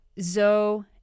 Zoe